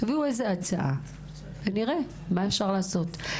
תביאו איזו הצעה ונראה מה אפשר לעשות.